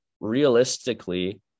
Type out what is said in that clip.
realistically